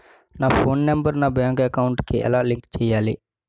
నా phone number నా bank account కి ఎలా లింక్ చేయాలి?